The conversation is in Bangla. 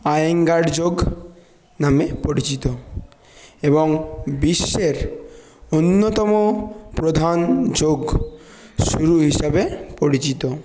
আয়েঙ্গার যোগ নামে পরিচিত এবং বিশ্বের অন্যতম প্রধান যোগ গুরু হিসাবে পরিচিত